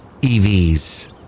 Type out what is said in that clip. EVs